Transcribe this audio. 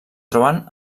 troben